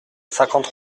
cinquante